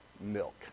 milk